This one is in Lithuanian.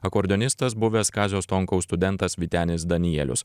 akordeonistas buvęs kazio stonkaus studentas vytenis danielius